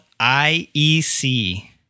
iec